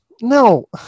no